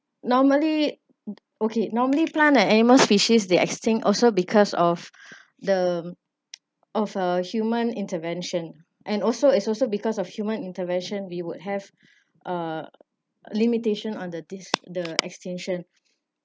normally okay normally plants and animals species they extinct also because of the of uh human intervention and also it's also because of human intervention we would have a limitation on the this the extinction